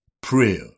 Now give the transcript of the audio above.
prayer